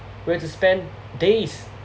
we have to spend days